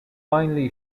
finally